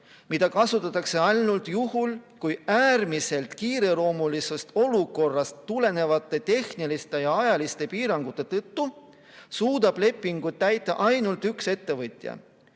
mida kasutatakse ainult juhul, kui äärmiselt kiireloomulisest olukorrast tulenevate tehniliste ja ajaliste piirangute tõttu suudab lepingut täita ainult üks ettevõtja.